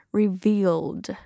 revealed